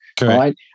right